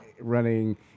running